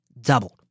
doubled